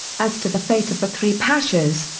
as to the fate of the three pashas,